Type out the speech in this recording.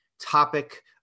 topic